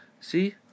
See